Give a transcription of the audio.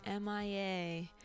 MIA